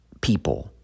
people